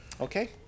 Okay